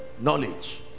knowledge